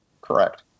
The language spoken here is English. Correct